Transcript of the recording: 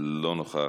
לא נוכח,